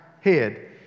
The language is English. head